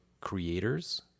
creators